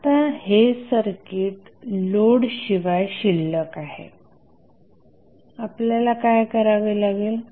आता हे circuit load शिवाय शिल्लक आहे आपल्याला काय करावे लागेल